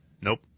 Nope